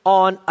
on